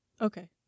Okay